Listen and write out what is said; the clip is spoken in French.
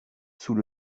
sous